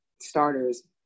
starters